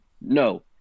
No